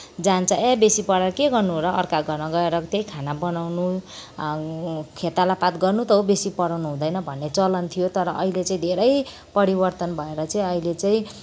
जान्छ ए बेसी पढाएर के गर्नु र अर्काको घरमा गएर त्यही खाना बनाउनु खेतालापात गर्नु त हो बेसी पढाउनु हुँदैन भन्ने चलन थियो तर अहिले चाहिँ धेरै परिवर्तन भएर चाहिँ अहिले चाहिँ